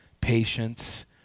patience